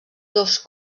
dos